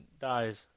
dies